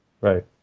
Right